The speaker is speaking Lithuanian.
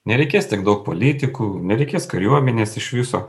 nereikės tiek daug politikų nereikės kariuomenės iš viso